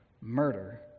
murder